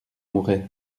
mouret